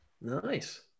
Nice